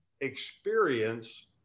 experience